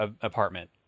apartment